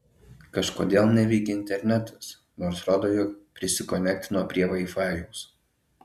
kažkodėl neveikia internetas nors rodo jog prisikonektino prie vaifajaus